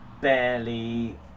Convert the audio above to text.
barely